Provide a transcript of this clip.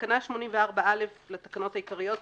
בתקנה 84א לתקנות העיקריות,